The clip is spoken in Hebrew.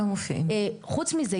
מעבר לכך,